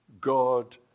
God